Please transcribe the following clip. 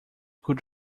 could